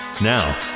Now